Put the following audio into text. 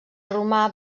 romà